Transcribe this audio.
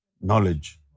knowledge